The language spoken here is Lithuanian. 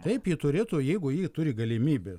taip jie turėtų jeigu ji turi galimybę